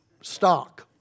stock